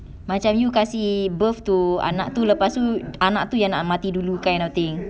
macam you kasih birth to anak tu lepas tu anak tu yang nak mati dulu kind of thing